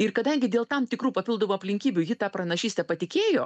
ir kadangi dėl tam tikrų papildomų aplinkybių ji ta pranašyste patikėjo